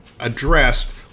addressed